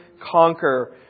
conquer